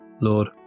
Lord